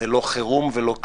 זה לא חירום ולא כלום.